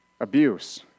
Abuse